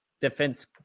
defense